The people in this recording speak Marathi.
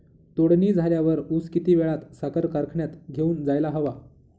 तोडणी झाल्यावर ऊस किती वेळात साखर कारखान्यात घेऊन जायला हवा?